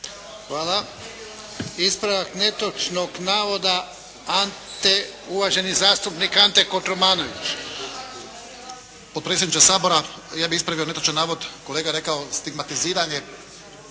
Hvala. Ispravak netočnog navoda uvaženi zastupnik Ante Kotromanović. **Kotromanović, Ante (SDP)** Potpredsjedniče Sabora ja bih ispravio netočan navod. Kolega je rekao stigmatiziranje